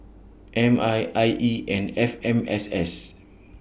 M I I E and F M S S